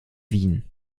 wien